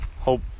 hope